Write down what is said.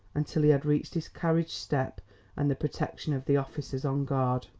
until he had reached his carriage step and the protection of the officers on guard.